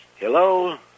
Hello